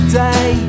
day